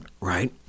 Right